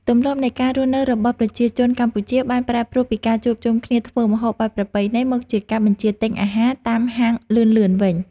ទម្លាប់នៃការរស់នៅរបស់ប្រជាជនកម្ពុជាបានប្រែប្រួលពីការជួបជុំគ្នាធ្វើម្ហូបបែបប្រពៃណីមកជាការបញ្ជាទិញអាហារតាមហាងលឿនៗវិញ។